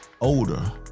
older